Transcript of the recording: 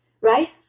right